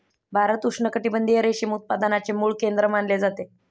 भारत उष्णकटिबंधीय रेशीम उत्पादनाचे मूळ केंद्र मानले जाते